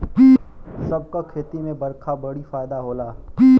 सब क खेती में बरखा बड़ी फायदा होला